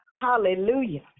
Hallelujah